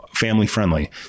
family-friendly